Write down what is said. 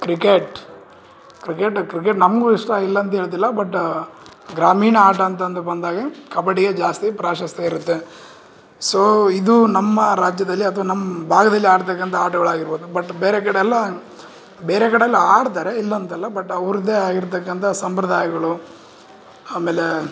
cricket cricket cricket ನಮ್ಗೂ ಇಷ್ಟ ಇಲ್ಲ ಅಂತ ಹೇಳ್ತಿಲ್ಲ ಬಟ್ ಗ್ರಾಮೀಣ ಆಟ ಅಂತಂದು ಬಂದಾಗ ಕಬಡ್ಡಿಯೇ ಜಾಸ್ತಿ ಪ್ರಾಶಸ್ತ್ಯ ಇರುತ್ತೆ ಸೋ ಇದು ನಮ್ಮ ರಾಜ್ಯದಲ್ಲಿ ಅಥವಾ ನಮ್ಮ ಭಾಗದಲ್ಲಿ ಆಡತಕ್ಕಂಥ ಆಟಗಳಾಗಿರ್ಬೌದು ಬಟ್ ಬೇರೆ ಕಡೆಯೆಲ್ಲ ಬೇರೆ ಕಡೆಯೆಲ್ಲ ಆಡ್ತಾರೆ ಇಲ್ಲ ಅಂತಲ್ಲ ಬಟ್ ಅವ್ರದ್ದೇ ಆಗಿರ್ತಕ್ಕಂಥ ಸಂಪ್ರದಾಯಗಳು ಆಮೇಲೆ